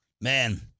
Man